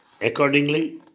Accordingly